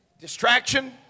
Distraction